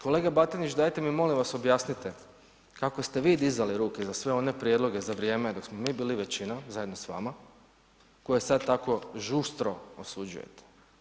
Kolega Batinić, dajte mi molim vas objasnite, kako ste vi dizali ruke za sve one prijedloge za vrijeme, dok smo mi bili većina, zajedno s vama, koja sad tako žustro osuđujete.